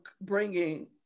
bringing